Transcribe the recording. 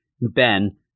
Ben